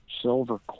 silver